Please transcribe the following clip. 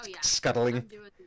scuttling